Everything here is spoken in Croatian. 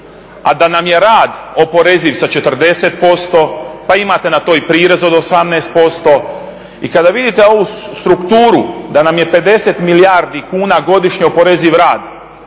a da nam je rad oporeziv sa 40%, pa imate na to i prirez od 18%. I kada vidite ovu strukturu da nam je 50 milijardi kuna godišnje oporeziv rad